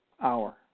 hour